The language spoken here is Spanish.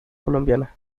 colombiana